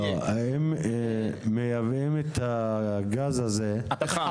אם מייבאים את הפחם הזה,